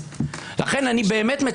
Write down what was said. למה אתם מתכווצים במקומות שלכם?